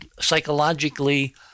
psychologically